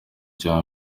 cya